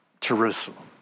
Jerusalem